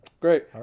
Great